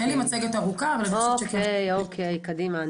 אין לי מצגת ארוכה אבל -- אוקיי, אוקיי, קדימה.